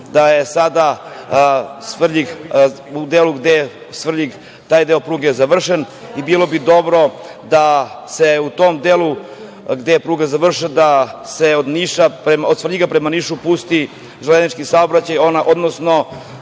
da je sada u delu gde je Svrljig taj deo pruge je završen. Bilo bi dobro da se u tom delu gde je pruga završena da se od Svrljiga prema Nišu pusti železnički saobraćaj, odnosno